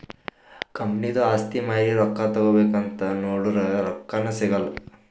ಕಂಪನಿದು ಆಸ್ತಿ ಮಾರಿ ರೊಕ್ಕಾ ತಗೋಬೇಕ್ ಅಂತ್ ನೊಡುರ್ ರೊಕ್ಕಾನೇ ಸಿಗಲ್ಲ